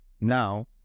now